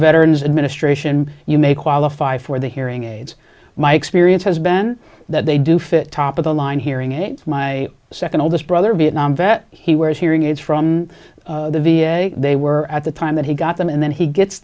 veterans administration you may qualify for the hearing aids my experience has been that they do fit top of the line hearing aids my second oldest brother a vietnam vet he wears hearing aids from the v a they were at the time that he got them and then he gets